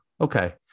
Okay